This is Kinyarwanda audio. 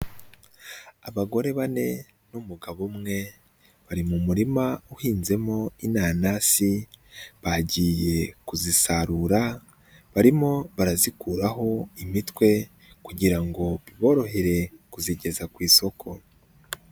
Abagore bane n'umugabo umwe bari mu murima uhinzemo inanasi bagiye kuzisarura barimo barazikuraho imitwe kugira ngo biborohere kuzigeza ku isoko.